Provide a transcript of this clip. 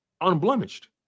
unblemished